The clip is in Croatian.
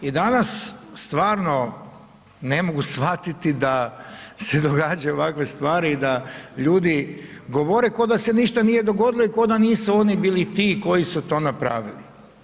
I danas stvarno ne mogu shvatiti da događaju ovakve stvari i da ljudi govore ko da se ništa nije dogodilo i ko da nisu oni bili ti koji su to napravili.